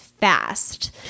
fast